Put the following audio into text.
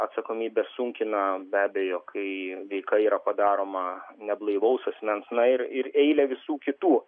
atsakomybę sunkina be abejo kai veika yra padaroma neblaivaus asmens na ir ir eilė visų kitų